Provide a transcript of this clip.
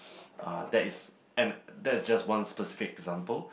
uh that is and that is just one specific example